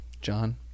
John